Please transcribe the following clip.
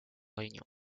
réunion